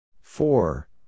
Four